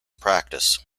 practice